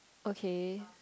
okay